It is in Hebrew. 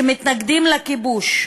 שמתנגדים לכיבוש,